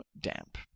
damp